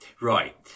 right